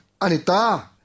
anita